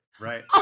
Right